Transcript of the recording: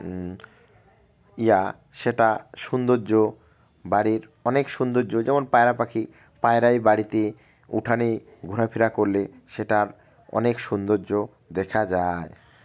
সেটা সৌন্দর্য বাড়ির অনেক সৌন্দর্য যেমন পায়রা পাখি পায়রায় বাড়িতে উঠানেই ঘোরাফেরা করলে সেটার অনেক সৌন্দর্য দেখা যায়